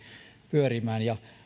pyörimään